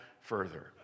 further